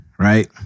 Right